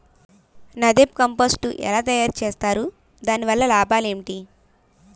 NADEP compost ఎలా తయారు చేస్తారు? దాని వల్ల లాభాలు ఏంటి?